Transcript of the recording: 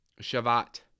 Shavat